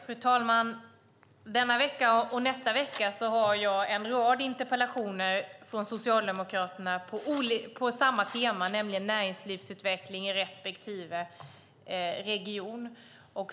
Fru talman! Denna vecka och nästa vecka besvarar jag en rad interpellationer från Socialdemokraterna på samma tema, nämligen näringslivsutveckling i respektive region.